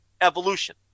evolution